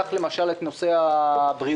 ניקח למשל את נושא הבריאות